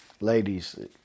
Ladies